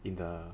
in the